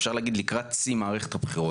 אפשר להגיד לקראת שיא מערכת הבחירות.